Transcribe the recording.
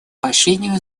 поощрению